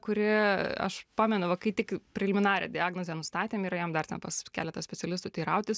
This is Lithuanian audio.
kuri aš pamenu va kai tik preliminarią diagnozę nustatėm ir ėjom dar ten pas keletą specialistų teirautis